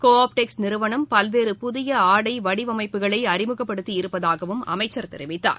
கோ ஆப்டெக்ஸ் நிறுவனம் பல்வேறு புதிய ஆடை வடிவமைப்புகளை அறிமுகப்படுத்தி இருப்பதாகவும் அமைச்சர் தெரிவித்தார்